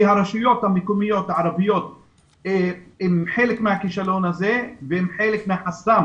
הרשויות המקומיות הערביות הן חלק מהכישלון הזה והן חלק מהחסם